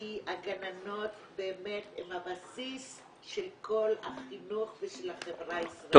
כי הגננות באמת הן הבסיס של כל החינוך ושל החברה הישראלית.